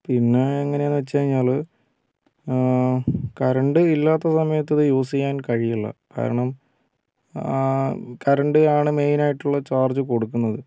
പിന്നെ എങ്ങനെയാണെന്ന് വച്ച് കഴിഞ്ഞാൽ കറൻ്റ് ഇല്ലാത്ത സമയത്ത് ഇത് യൂസ് ചെയ്യാൻ കഴിയില്ല കാരണം കറൻ്റ് ആണ് മെയിൻ ആയിട്ടുള്ള ചാർജ് കൊടുക്കുന്നത്